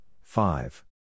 five